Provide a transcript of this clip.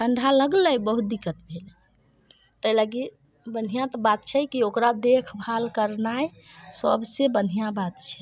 ठंडा लगलै बहुत दिक्कत भेलै ताहि लागि बढ़िऑं तऽ बात छै कि ओकरा देखभाल करनाइ सभ से बढ़िऑं बात छै